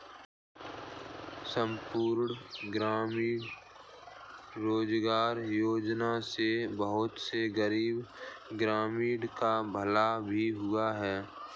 संपूर्ण ग्रामीण रोजगार योजना से बहुत से गरीब ग्रामीणों का भला भी हुआ है